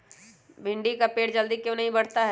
भिंडी का पेड़ जल्दी क्यों नहीं बढ़ता हैं?